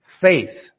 faith